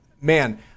man